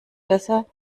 besser